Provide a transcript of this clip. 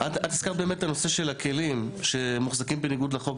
הזכרת באמת את הנושא של הכלים שמוחזקים בניגוד לחוק,